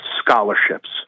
scholarships